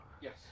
Yes